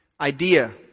idea